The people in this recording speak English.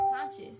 conscious